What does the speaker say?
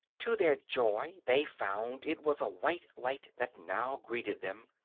to their joy they found it was a white light that now greeted them,